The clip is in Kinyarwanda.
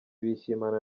bishimana